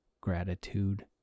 gratitude